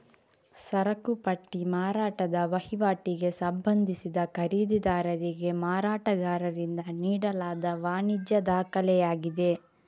ಸರಕು ಪಟ್ಟಿ ಮಾರಾಟದ ವಹಿವಾಟಿಗೆ ಸಂಬಂಧಿಸಿದ ಖರೀದಿದಾರರಿಗೆ ಮಾರಾಟಗಾರರಿಂದ ನೀಡಲಾದ ವಾಣಿಜ್ಯ ದಾಖಲೆಯಾಗಿದೆ